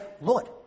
Lord